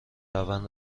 روند